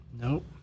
Nope